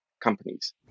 companies